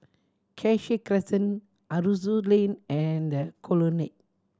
Cassia Crescent Aroozoo Lane and The Colonnade